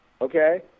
okay